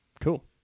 Cool